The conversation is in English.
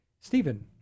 Stephen